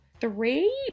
three